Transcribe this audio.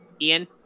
Ian